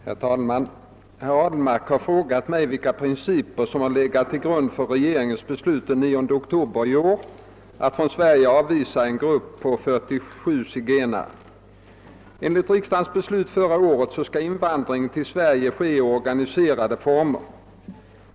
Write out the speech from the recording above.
Herr talman! Herr Ahlmark har frågat mig, vilka principer som har legat till grund för regeringens beslut den 9 oktober i år att från Sverige avvisa en grupp på 47 zigenare. Enligt riksdagens beslut förra året skall invandringen till Sverige ske i organiserade former.